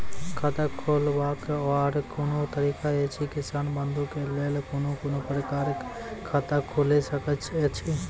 खाता खोलवाक आर कूनू तरीका ऐछि, किसान बंधु के लेल कून कून प्रकारक खाता खूलि सकैत ऐछि?